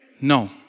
No